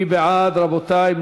מי בעד, רבותי?